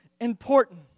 important